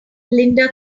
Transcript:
linda